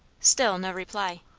still no reply.